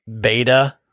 beta